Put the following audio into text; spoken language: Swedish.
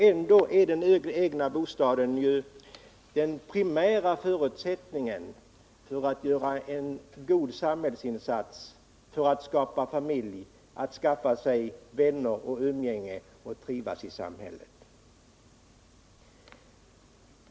Ändå är den egna bostaden den primära förutsättningen för att kunna göra en god samhällsinsats, för att skapa familj, för att skaffa sig vänner och umgänge och för att trivas i samhället.